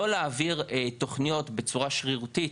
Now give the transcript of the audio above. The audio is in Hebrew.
לא להעביר תוכניות בצורה שרירותית